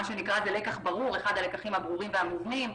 זה אחד הלקחים הברורים והמובנים.